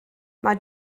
mae